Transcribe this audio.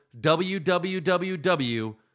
www